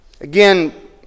Again